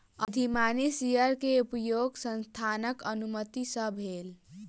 अधिमानी शेयर के उपयोग संस्थानक अनुमति सॅ भेल